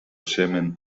semen